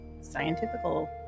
scientifical